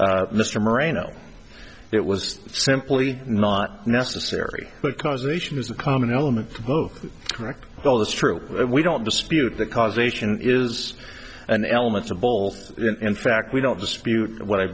mr marino it was simply not necessary but causation is a common element move well that's true we don't dispute that causation is an element of bull in fact we don't dispute what i